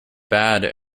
bad